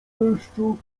deszczu